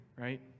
right